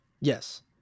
Yes